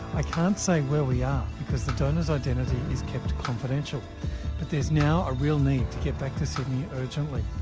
i can't say where we are because the donor's identity is kept confidential but there's now a real need to get back to sydney urgently.